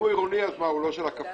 אם הוא עירוני אז הוא לא של הכפרי?